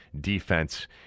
defense